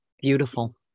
Beautiful